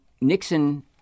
nixon